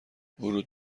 ورود